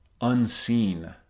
unseen